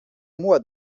moi